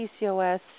PCOS